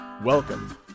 Welcome